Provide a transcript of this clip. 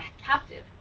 captive